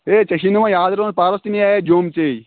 ہے ژےٚ چھی نہٕ وۄنۍ یاد روزان پَرُس تہِ نِیایے جوٚم ژے